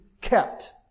kept